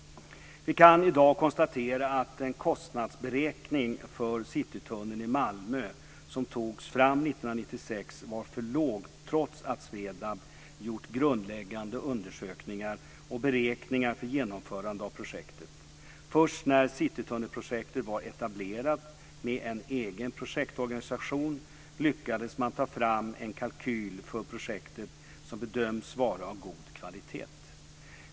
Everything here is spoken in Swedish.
Vi kan i dag konstatera att den kostnadsberäkning för Citytunneln i Malmö som togs fram 1996 var för låg trots att SVEDAB gjort grundläggande undersökningar och beräkningar för genomförande av projektet. Först när Citytunnelprojektet var etablerat med en egen projektorganisation lyckades man ta fram en kalkyl för projektet som bedöms vara av god kvalitet.